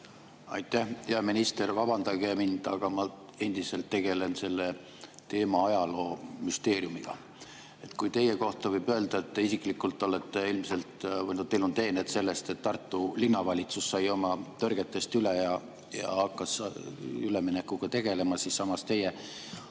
Aitäh! Hea minister! Vabandage mind, aga ma endiselt tegelen selle teema ajaloo müsteeriumiga. Kui teie kohta võib öelda, et teil isiklikult on teeneid selles, et Tartu Linnavalitsus sai oma tõrgetest üle ja hakkas üleminekuga tegelema, siis samas teie